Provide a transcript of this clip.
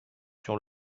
sur